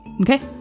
Okay